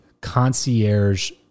concierge